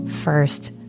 first